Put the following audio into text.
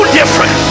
different